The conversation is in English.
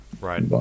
right